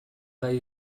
gai